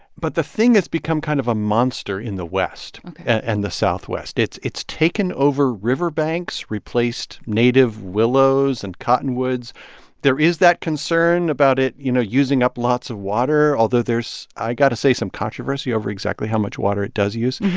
but the thing has become kind of a monster in the west and the southwest. it's it's taken over riverbanks, replaced native willows and cottonwoods there is that concern about it, you know, using up lots of water, although there's i got to say some controversy over exactly how much water it does use,